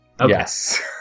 Yes